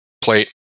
plate